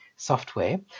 software